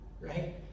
right